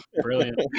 Brilliant